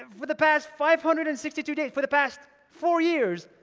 for the past five hundred and sixty two days, for the past four years,